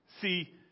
See